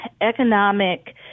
economic